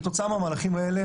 כתוצאה מהמהלכים האלה,